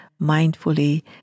mindfully